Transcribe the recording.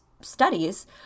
studies